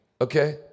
okay